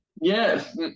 yes